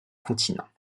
continent